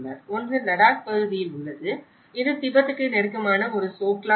ஒன்று லடாக் பகுதியில் உள்ளது இது திபெத்துக்கு நெருக்கமான ஒரு சோக்லாம்சர்